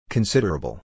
Considerable